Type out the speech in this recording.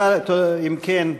אם כן,